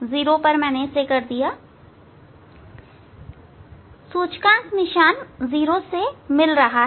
सूचकांक निशान 0 से मिल रहा है